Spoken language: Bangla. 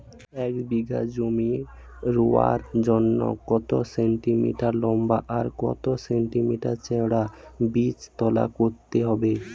এক বিঘা জমি রোয়ার জন্য কত সেন্টিমিটার লম্বা আর কত সেন্টিমিটার চওড়া বীজতলা করতে হবে?